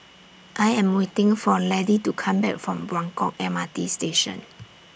I Am waiting For Laddie to Come Back from Buangkok M R T Station